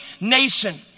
nation